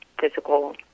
physical